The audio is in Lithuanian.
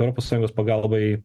europos sąjungos pagalbai